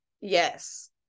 yes